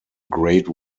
grade